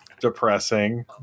depressing